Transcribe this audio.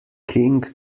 king